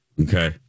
Okay